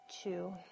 two